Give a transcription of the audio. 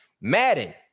Madden